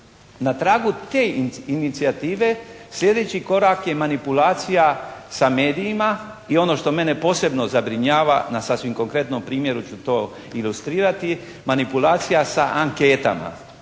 Na tragu te inicijative sljedeći korak je manipulacija sa medijima i ono što mene posebno zabrinjava, na sasvim konkretnom primjeru ću to ilustrirati, manipulacija sa anketama.